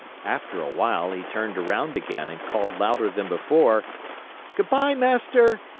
after a while, he turned around again and called louder than before good-by, master.